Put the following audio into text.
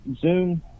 Zoom